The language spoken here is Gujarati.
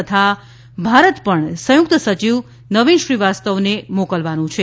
તથા ભારત પણ સંયુક્ત સચિવ નવીન શ્રી વાસ્તવને મોકલવાનું છે